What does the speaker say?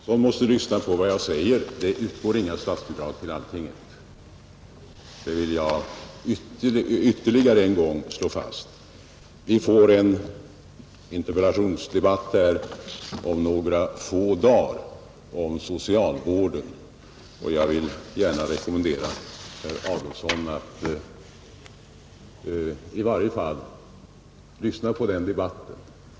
Herr talman! Ni måste lyssna på vad jag säger, herr Adolfsson. Det utgår inga statsbidrag till Alltinget och det vill jag ytterligare en gång slå fast. Vi får en interpellationsdebatt om några få dagar om socialvården, och jag vill gärna rekommendera herr Adolfsson att i varje fall lyssna till den debatten.